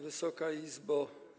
Wysoka Izbo!